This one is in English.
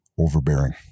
overbearing